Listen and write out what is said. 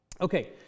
Okay